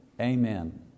Amen